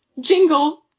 Jingle